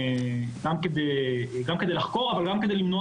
גם כדי גם כדי לחקור אבל גם כדי למנוע